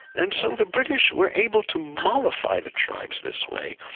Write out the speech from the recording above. and so the british were able to mollify the tribes this way,